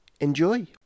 Enjoy